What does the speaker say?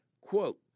Quote